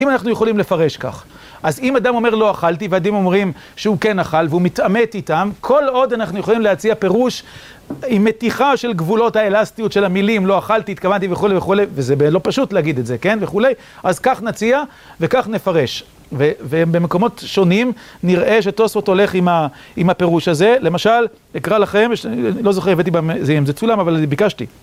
אם אנחנו יכולים לפרש כך, אז אם אדם אומר "לא אכלתי" והעדים אומרים שהוא כן אכל והוא מתעמת איתם, כל עוד אנחנו יכולים להציע פירוש עם מתיחה של גבולות האלסטיות של המילים, "לא אכלתי", "התכוונתי" וכולי וכולי, וזה לא פשוט להגיד את זה, כן וכולי, אז כך נציע וכך נפרש, ובמקומות שונים נראה שטוספוט הולך עם הפירוש הזה, למשל, אקרא לכם, לא זוכר אם הבאתי בזה עם זה צולם אבל אני ביקשתי.